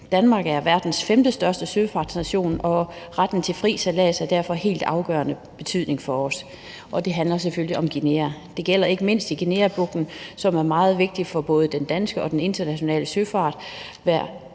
Danmark er verdens femtestørste søfartsnation, og retten til fri sejlads er derfor af helt afgørende betydning for os – det handler selvfølgelig om Guinea – og det gælder ikke mindst i Guineabugten, som er meget vigtig for både den danske og den internationale søfart. Der